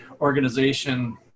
organization